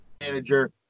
manager